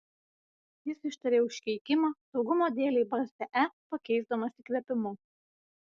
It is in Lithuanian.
jis ištarė užkeikimą saugumo dėlei balsę e pakeisdamas įkvėpimu